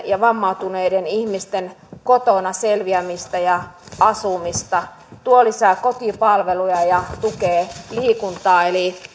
ja vammautuneiden ihmisten kotona selviämistä ja asumista tuo lisää kotipalveluja ja tukee liikuntaa eli